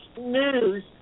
News